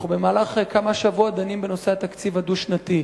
אנחנו במהלך כמה שבועות דנים בנושא התקציב הדו-שנתי,